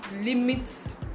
limits